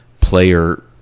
player